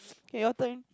kay your turn